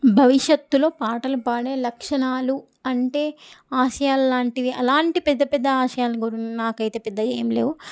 భవిష్యత్తులో పాటలు పాడే లక్షణాలు అంటే ఆశయాలు లాంటివి అలాంటివి పెద్ద ఆశయాల గు నాకైతే పెద్దగా ఏమీ లేవు